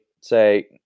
say